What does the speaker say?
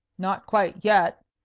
not quite yet,